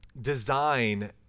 design